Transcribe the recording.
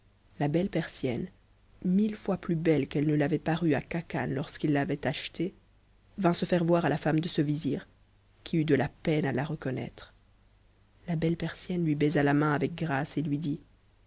la belle persienne mille fois plus belle qu'elle ne l'avait paru à khacan lorsqu'il l'avait achetée vint se faire voir à la femme de ce vizir qui eut de la peine à la reconnaître la belle persienne lui baisa la main avec grâce et lui dit